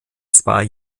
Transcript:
zwei